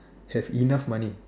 have enough money